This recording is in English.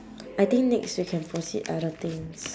I think next we can proceed other things